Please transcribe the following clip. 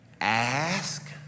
ask